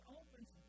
opens